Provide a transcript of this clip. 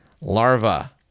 Larva